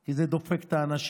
כי זה דופק את האנשים.